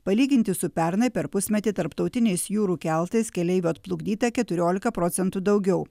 palyginti su pernai per pusmetį tarptautiniais jūrų keltais keleivių atplukdyta keturiolika procentų daugiau